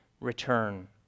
return